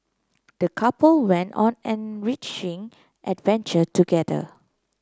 the couple went on enriching adventure together